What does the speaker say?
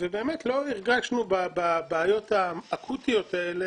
ובאמת לא הרגשנו בבעיות האקוטיות האלה,